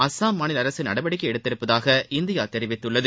அசாம் மாநில அரசு நடவடிக்கை எடுத்துள்ளதாக இந்தியா தெரிவித்துள்ளது